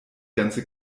ganze